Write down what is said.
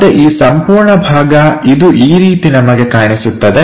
ಮತ್ತೆ ಈ ಸಂಪೂರ್ಣ ಭಾಗ ಇದು ಈ ರೀತಿ ನಮಗೆ ಕಾಣಿಸುತ್ತದೆ